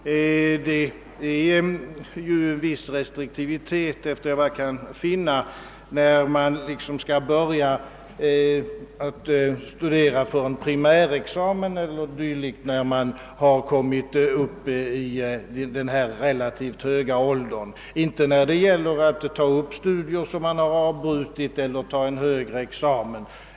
Det förekommer dock en viss restriktivitet, efter vad jag har kunnat finna, när det gäller personer som vid en så relativt hög ålder som det här är fråga om börjar studera på en primärexamen. Det är inte samma förhållande för dem som tar upp avbrutna studier eller som tar en högre examen.